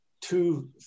two